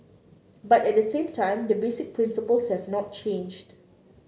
but at the same time the basic principles have not changed